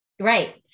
Right